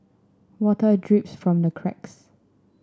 water drips from the cracks